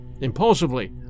Impulsively